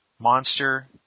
Monster